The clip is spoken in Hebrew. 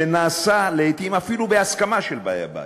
שנעשה לעתים אפילו בהסכמה של באי הבית,